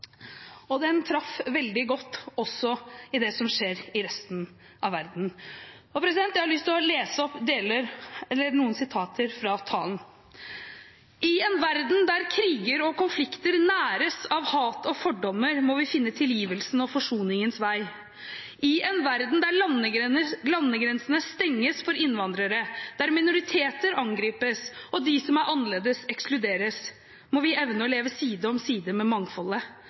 traff veldig godt, også i det som skjer i resten av verden. Jeg har lyst til å lese opp noen sitater fra talen: «I en verden der kriger og konflikter næres av hat og fordommer, må vi finne tilgivelsen og forsoningens vei. I en verden der landegrensene stenges for innvandrere, der minoriteter angripes og de som er annerledes ekskluderes, må vi evne å leve side om side med mangfoldet